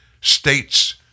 states